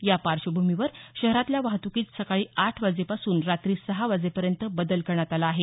या पार्श्वभूमीवर शहरातल्या वाहत्कीत सकाळी आठ वाजेपासून रात्री सहा वाजेपर्यंत बदल करण्यात आला आहे